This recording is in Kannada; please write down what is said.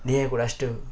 ದೇಹ ಕೂಡ ಅಷ್ಟು